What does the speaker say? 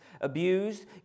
abused